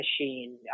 machine